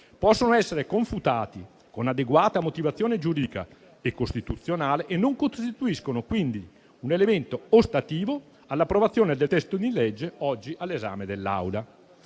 possono essere confutati con adeguata motivazione giuridica e costituzionale e non costituiscono, quindi, un elemento ostativo all'approvazione del testo di legge oggi all'esame dell'Assemblea.